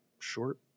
short